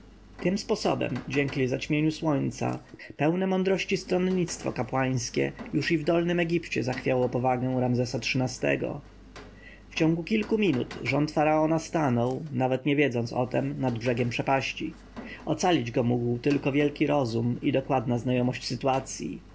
tym sposobem dzięki zaćmieniu słońca pełne mądrości stronnictwo kapłańskie już i w dolnym egipcie zachwiało powagę ramzesa xiii-tego w ciągu kilku minut rząd faraona stanął nawet nie wiedząc o tem nad brzegiem przepaści ocalić go mógł tylko wielki rozum i dokładna znajomość sytuacji